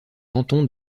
canton